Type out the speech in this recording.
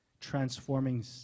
transforming